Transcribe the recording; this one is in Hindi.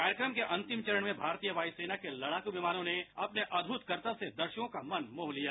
कार्यक्रम के अंतिम चरण में भारतीय वायुसेना के लड़ाकू विमानों ने अपने अद्भुत कर्तब से दर्शकों का मन मोह लिया